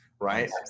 Right